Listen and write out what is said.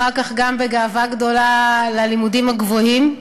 אחר כך גם בגאווה גדולה ללימודים הגבוהים.